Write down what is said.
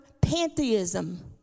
pantheism